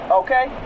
okay